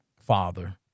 father